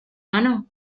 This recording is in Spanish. mano